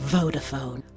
Vodafone